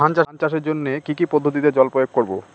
ধান চাষের জন্যে কি কী পদ্ধতিতে জল প্রয়োগ করব?